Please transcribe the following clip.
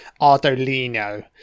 Ardolino